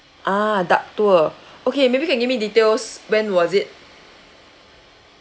ah duck tour okay maybe can give me details when was it